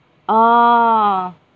orh